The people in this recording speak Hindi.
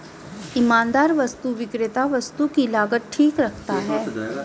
ईमानदार वस्तु विक्रेता वस्तु की लागत ठीक रखता है